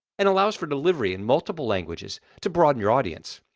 and allows for delivery in multiple languages to broaden your audience.